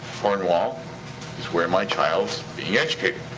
cornwall is where my child's being educated.